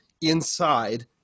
inside